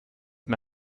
mir